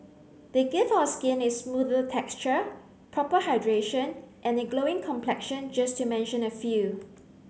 they give our skin is smoother texture proper hydration and a glowing complexion just to mention a few